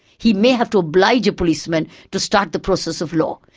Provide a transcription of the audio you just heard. he may have to oblige a policeman to start the process of law.